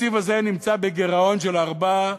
התקציב הזה נמצא בגירעון של 4,